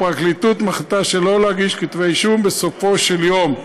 הפרקליטות מחליטה שלא להגיש כתבי אישום בסופו של דבר.